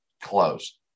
close